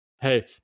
hey